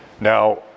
Now